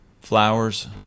flowers